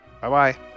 Bye-bye